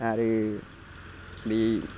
आरो बे